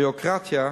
1. הביורוקרטיה,